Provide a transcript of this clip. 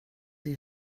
det